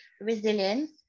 resilience